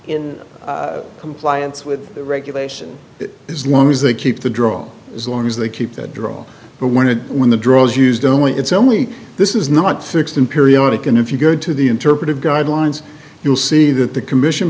in compliance with the regulation that is long as they keep the draw as long as they keep that draw but when it when the draws used only it's only this is not sixteen periodic and if you go to the target of guidelines you'll see that the commission